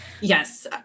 Yes